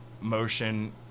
motion